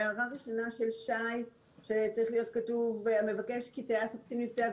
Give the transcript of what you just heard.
הערה ראשונה של שי שצריך להיות כתוב המבקש כי טייס או קצין מבצעי